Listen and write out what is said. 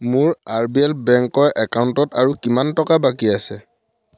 মোৰ R B L বেংকৰ একাউণ্টত আৰু কিমান টকা বাকী আছে